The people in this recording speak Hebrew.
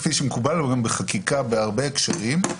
כפי שמקובל היום בחקיקה בהרבה הקשרים,